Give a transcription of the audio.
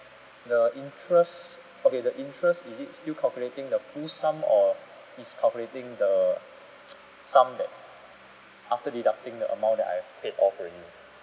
the interest okay the interest is it still calculating the full sum or is calculating the sum that after deducting the amount that I have already paid off already